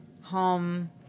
home